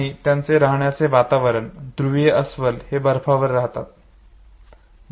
आणि त्यांचे राहण्याचे वातावरण ध्रुवीय अस्वल हे बर्फावर राहतात